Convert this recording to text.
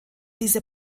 diese